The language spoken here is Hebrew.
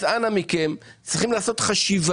אנא מכם, צריכים לעשות חשיבה.